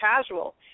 casual